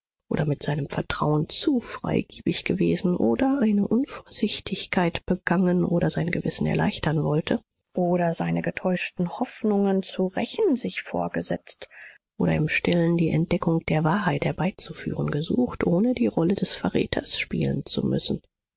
oder mit seinem vertrauen zu freigebig gewesen oder eine unvorsichtigkeit begangen oder sein gewissen erleichtern wollte oder seine getäuschten hoffnungen zu rächen sich vorgesetzt oder im stillen die entdeckung der wahrheit herbeizuführen gesucht ohne die rolle des verräters spielen zu müssen